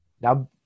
Now